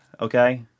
okay